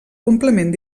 complement